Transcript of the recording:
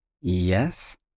Yes